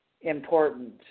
important